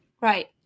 Right